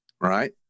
right